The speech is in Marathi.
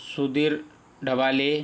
सुधीर ढबाले